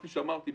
כפי שאמרתי,